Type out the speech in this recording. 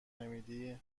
نمیدی